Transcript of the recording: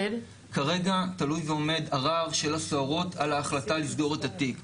כרגע תלוי ועומד ערער של הסוהרות על ההחלטה לסגור את התיק,